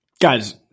Guys